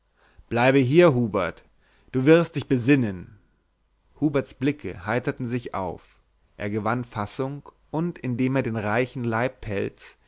bleibe hier hubert du wirst dich besinnen huberts blicke heiterten sich auf er gewann fassung und indem er den reichen leibpelz